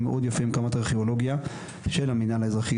מאוד יפה עם אגף ארכיאולוגיה של המינהל האזרחי,